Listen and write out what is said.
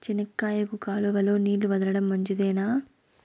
చెనక్కాయకు కాలువలో నీళ్లు వదలడం మంచిదేనా?